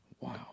Wow